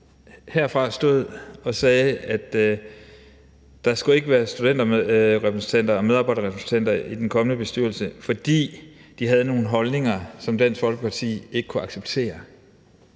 her og sagde, at der ikke skulle være studenterrepræsentanter og medarbejderrepræsentanter i den kommende bestyrelse, fordi de havde nogle holdninger, som Dansk Folkeparti ikke kunne acceptere.